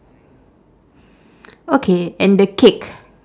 okay and the cake